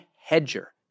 hedger